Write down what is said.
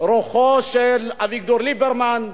רוחו של אביגדור ליברמן,